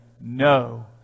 No